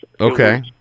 Okay